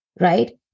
right